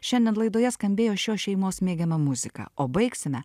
šiandien laidoje skambėjo šios šeimos mėgiama muzika o baigsime